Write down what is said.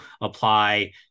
apply